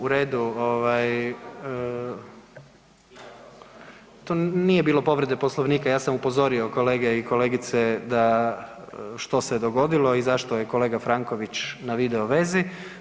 U redu ovaj, to nije bilo povrede Poslovnika, ja sam upozorio kolege i kolegice da što se je dogodilo i zašto je kolega Franković na videovezi.